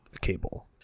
cable